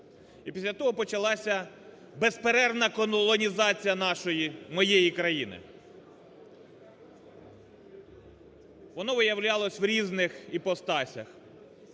І після того почалась безперервна колонізація нашої, моєї країни. Воно виявлялось в різних іпостасях.